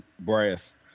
brass